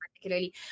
particularly